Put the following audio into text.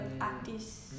artists